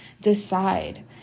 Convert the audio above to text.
decide